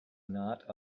not